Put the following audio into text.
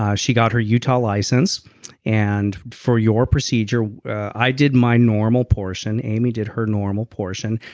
um she got her utah license and for your procedure i did my normal portion amy did her normal portion.